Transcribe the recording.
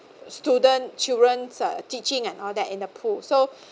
student children uh teaching and all that in the pool so